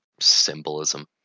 symbolism